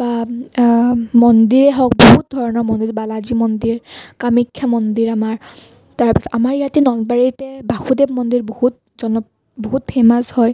বা মন্দিৰ হওক বহুত ধৰণৰ মন্দিৰ বালাজী মন্দিৰ কামাখ্যা মন্দিৰ আমাৰ তাৰপিছত আমাৰ ইয়াতে নলবাৰীতে বাসুদেৱ মন্দিৰ বহুত জনপ্ৰিয় বহুত ফেমাছ হয়